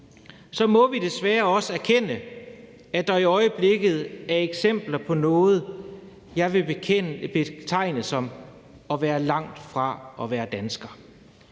må vi desværre også erkende, at der i øjeblikket er eksempler på noget, jeg vil betegne som at være langt fra at være dansker.